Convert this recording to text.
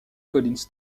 collins